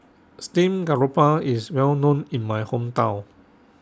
Steamed Garoupa IS Well known in My Hometown